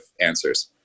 answers